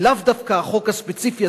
ולאו דווקא החוק הספציפי,